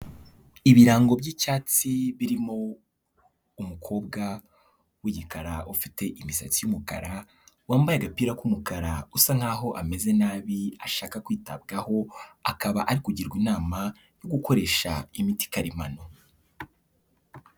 Ibirango by'icyatsi birimo umukobwa w'igikara ufite imisatsi y'umukara, wambaye agapira k'umukara usa nkaho ameze nabi ashaka kwitabwaho, akaba ari kugirwa inama yo gukoresha imiti karemano.